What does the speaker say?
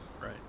right